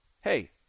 hey